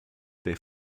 der